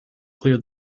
clear